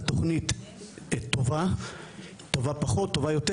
התוכנית טובה פחות טובה יותר,